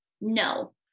no